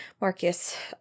Marcus